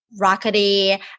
rockety